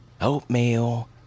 Oatmeal